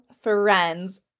friends